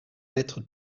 mettre